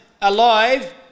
alive